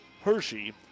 Hershey